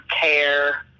care